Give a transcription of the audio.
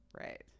Right